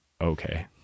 okay